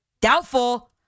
Doubtful